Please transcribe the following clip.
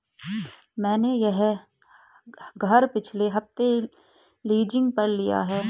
मैंने यह घर पिछले हफ्ते लीजिंग पर लिया है